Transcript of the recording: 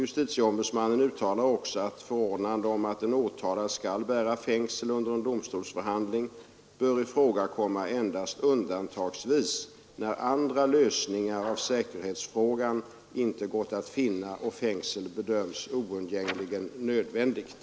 JO uttalar också att förordnande om att den åtalade skall bära fängsel under en domstolsförhandling bör ifrågakomma endast undantagsvis, när andra lösningar av säkerhetsfrågan inte gått att finna och fängsel bedöms oundgängligen nödvändigt.